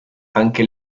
anche